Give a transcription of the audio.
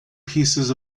pieces